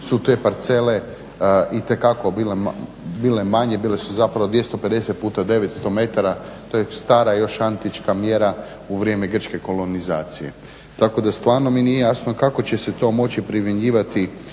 su te parcele itekako bile manje, bile su zapravo 250 puta 900 metara to je stara antička mjera u vrijeme grčke kolonizacije. Tako da mi stvarno nije jasno kako će se to moći primjenjivati